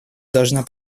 должна